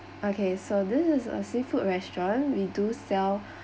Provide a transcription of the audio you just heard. okay so this is a seafood restaurant we do sell